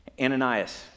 Ananias